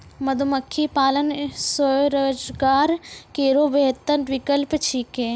मधुमक्खी पालन स्वरोजगार केरो बेहतर विकल्प छिकै